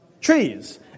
trees